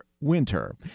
winter